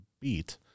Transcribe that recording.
beat